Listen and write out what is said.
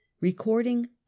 Recording